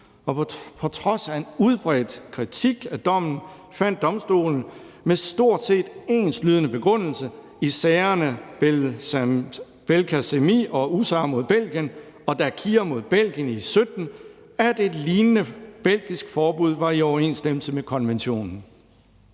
Og på trods af en udbredt kritik af dommen fandt domstolen med stort set enslydende begrundelse i sagerne Belcacemi og Oussar mod Belgien og Dakir mod Belgien i 2017, at et lignende belgisk forbud var i overensstemmelse med konventionen.